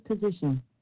position